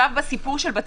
לגבי